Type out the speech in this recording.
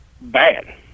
bad